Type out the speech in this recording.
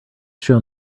shown